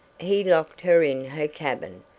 he locked her in her cabin.